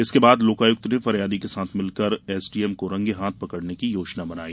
इसके बाद लोकायुक्त ने फरियादी के साथ मिलकर को एसडीएम को रंगे हाथ पकड़ने की योजना बनाई